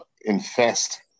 infest